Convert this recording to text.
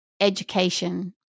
education